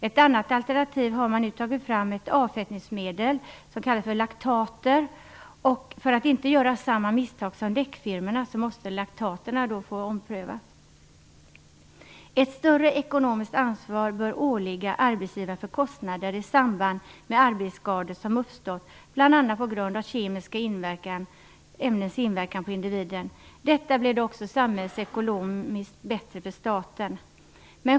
Ett annat alternativ som man tagit fram som avfettningsmedel kallas för laktater. För att man inte skall göra samma som däcksfirmorna måste laktaterna prövas. Ett större ekonomiskt ansvar bör åligga arbetsgivaren för kostnader i samband med arbetsskador som uppstått bl.a. på grund av kemiska ämnens inverkan på individen. Detta blir också samhällsekonomiskt bättre för staten.